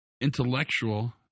intellectual